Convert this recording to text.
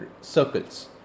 circles